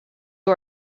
who